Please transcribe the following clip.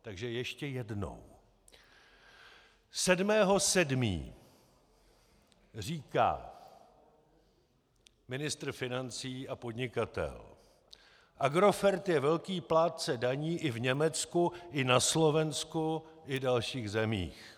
Takže ještě jednou: 7. 7. říká ministr financí a podnikatel: Agrofert je velký plátce daní i v Německu i na Slovensku i v dalších zemích.